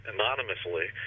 anonymously